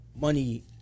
money